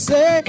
Say